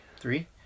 Three